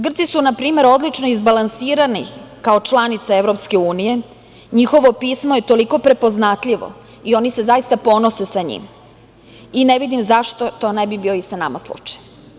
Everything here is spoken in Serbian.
Grci su, na primer, odlično izbalansirani kao članica EU, njihovo pismo je toliko prepoznatljivo i oni se zaista ponose sa njim i ne vidim zašto to ne bi bio i sa nama slučaj.